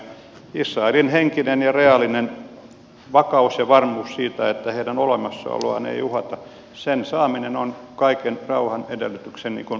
israelin henkinen ja reaalinen vakaus ja varmuus siitä että heidän olemassaoloaan ei uhata sen saaminen on kaiken rauhan edellytyksen perusfundamentti